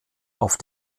auf